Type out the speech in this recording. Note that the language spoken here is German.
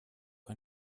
ein